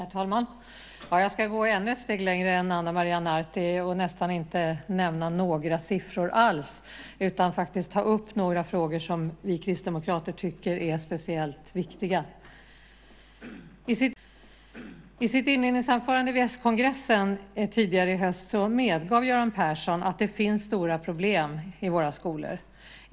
Herr talman! Jag ska gå ännu ett steg längre än Ana Maria Narti och inte nämna nästan några siffror alls. I stället ska jag ta upp några frågor som vi kristdemokrater tycker är speciellt viktiga. I sitt inledningsanförande vid s-kongressen tidigare i höst medgav Göran Persson att det finns stora problem i våra skolor.